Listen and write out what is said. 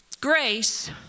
grace